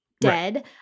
dead